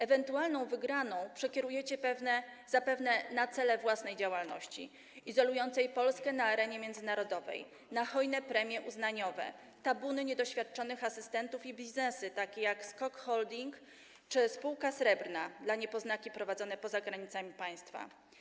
Ewentualną wygraną przekierujecie na cele własnej działalności izolującej Polskę na arenie międzynarodowej, na hojne premie uznaniowe, tabuny niedoświadczonych asystentów i takie biznesy jak SKOK Holding czy spółka Srebrna, dla niepoznaki prowadzone poza granicami państwa.